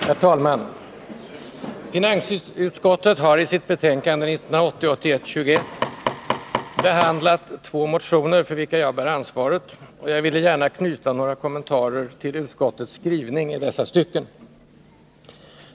Herr talman! Finansutskottet har i sitt betänkande 1980/81:21 behandlat två motioner, för vilka jag har ansvaret, och jag vill gärna knyta några kommentarer till utskottets skrivning i dessa stycken.